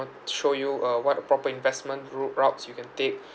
show you uh what a proper investment ru~ routes you can take